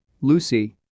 Lucy